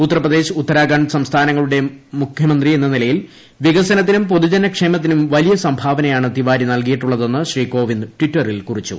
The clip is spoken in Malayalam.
ഉത്തർപ്രദേശ് ഉത്തരാ ഖണ്ഡ് സംസ്ഥാനങ്ങളുടെ മുഖ്യമന്ത്രി എന്ന നിലയിൽ വികസന ത്തിനും പൊതുജനക്ഷേമത്തിനും വലിയ സംഭാവനയാണ് തിവാരി നൽകിയിട്ടുള്ളതെന്ന് ശ്രീ കോവിന്ദ് ടിറ്ററിൽ കുറിച്ചു